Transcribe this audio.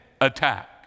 attack